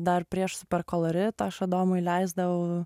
dar prieš super koloritą aš adomui leisdavau